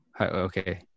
okay